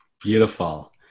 Beautiful